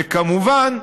וכמובן,